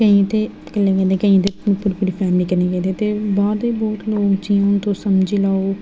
केईं ते कल्ले कल्ले गेदे केईं पूरी पूरी फैमली गेदे बाह्र दे मुल्ख लोग जि'यां तुस समझी लैओ